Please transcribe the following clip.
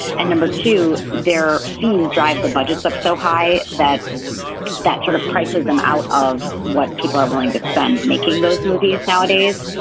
and number two they're seen drive the budgets up so high that that sort of prices them out of what people are willing to spend making those movies nowadays.